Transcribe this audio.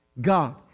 God